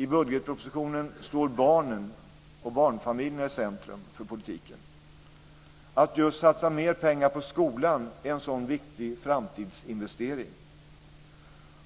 I budgetpropositionen står barnen och barnfamiljerna i centrum för politiken. Att just satsa mer pengar på skolan är en sådan viktig framtidsinvestering.